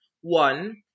One